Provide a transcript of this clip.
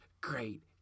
great